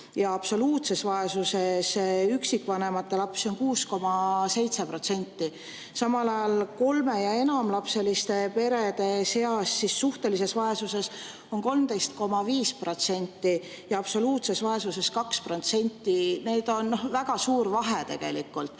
Ja absoluutses vaesuses kasvab üksikvanemate lastest 6,7%. Samal ajal kolme‑ ja enamalapselistest peredest elab suhtelises vaesuses 13,5% ja absoluutses vaesuses 2%. Need on väga suured vahed tegelikult.